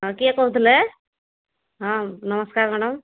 ହଁ କିଏ କହୁଥିଲେ ହଁ ନମସ୍କାର ମ୍ୟାଡମ୍